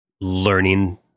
learning